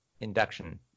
induction